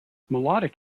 melodic